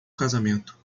casamento